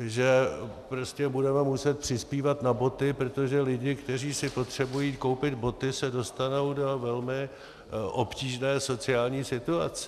že prostě budeme muset přispívat na boty, protože lidi, kteří si potřebují koupit boty, se dostanou do velmi obtížné sociální situace?